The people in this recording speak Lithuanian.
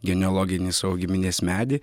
geneologinį savo giminės medį